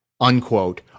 Unquote